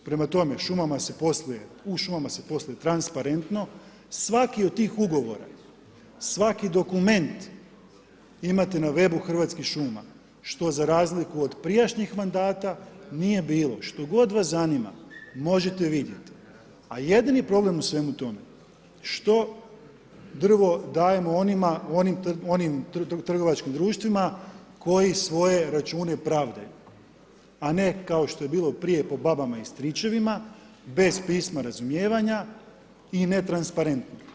Prema tome, u šumama se posluje transparentno, svaki od tih ugovora, svaki dokument imate na webu Hrvatskih šuma, što za razliku od prijašnjih mandata nije bilo, što god vas zanima možete vidjeti, a jedini problem u svemu tome što drvo dajemo onim trgovačkim društvima koji svoje račune pravdaju, a ne kao što je bilo prije po babama i stričevima, bez pisma razumijevanje i netransparentno.